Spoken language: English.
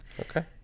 okay